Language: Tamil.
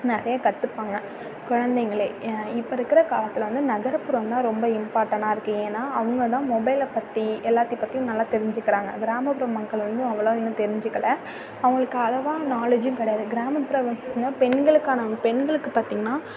நிறையா கற்றுப்பாங்க குழந்தைங்களே இப்போ இருக்கிற காலத்தில் வந்து நகர்ப்புறம் தான் ரொம்ப இம்பார்ட்டனா இருக்குது ஏன்னா அவங்க தான் மொபைலைப் பற்றி எல்லாத்தையும் பற்றியும் நல்லா தெரிஞ்சுக்கிறாங்க கிராமப்புற மக்கள் வந்து அவ்வளவாக இன்னும் தெரிஞ்சுக்கல அவங்களுக்கு அவ்வளவாக நாலேஜும் கிடையாது கிராமப்புற மக்கள் பெண்களுக்கான பெண்களுக்கு பார்த்தீங்கன்னா